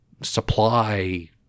supply